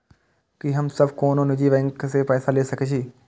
की हम सब कोनो निजी बैंक से पैसा ले सके छी?